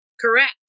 Correct